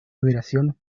duración